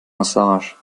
massage